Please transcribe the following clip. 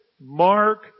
Mark